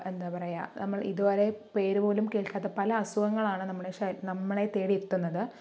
എന്താ പറയുക നമ്മൾ ഇതുവരെ പേരു പോലും കേൾക്കാത്ത പല അസുഖങ്ങളാണ് നമ്മളെ ശരീ നമ്മളെ തേടി എത്തുന്നത്